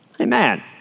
Amen